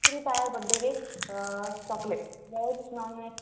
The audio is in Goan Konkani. tree tier birthday cake chocolate veg non veg